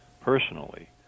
personally